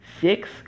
six